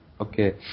Okay